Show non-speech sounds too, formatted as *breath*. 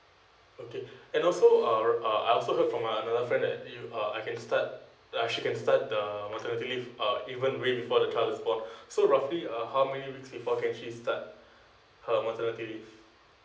okay *breath* and also uh I also heard from my another friend that you uh I can start like she can start the maternity leave uh even way before the child is born *breath* so roughly uh how many weeks before can she start her maternity leave